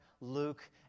Luke